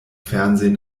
fernsehen